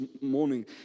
morning